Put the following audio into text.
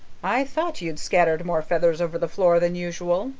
i thought you'd scattered more feathers over the floor than usual,